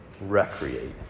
recreate